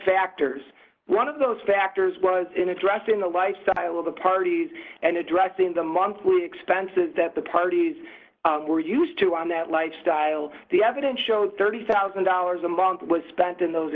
factors one of those factors was in addressing the lifestyle of the parties and addressing the monthly expenses that the parties were used to on that lifestyle the evidence showed thirty thousand dollars a month was spent in those